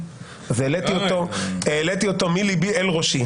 והעליתי אותו מליבי אל ראשי.